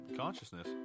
consciousness